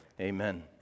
amen